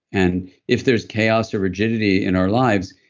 and if there's chaos or rigidity in our lives,